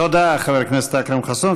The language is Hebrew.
תודה, חבר הכנסת אכרם חסון.